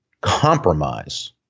compromise